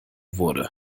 wurde